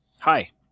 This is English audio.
Hi